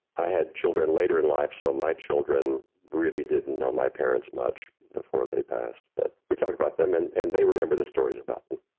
i had children later in life, so my children really didn't know my parents much before they passed, but we talked about them and and they remember the stories about them.